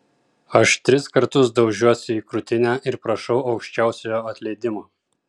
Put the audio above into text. aš tris kartus daužiuosi į krūtinę ir prašau aukščiausiojo atleidimo